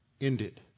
ended